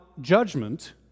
judgment